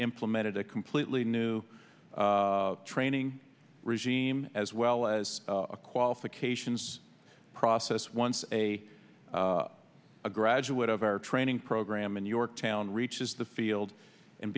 implemented a completely new training regime as well as a qualifications process once a a graduate of our training program and yorktown reaches the field and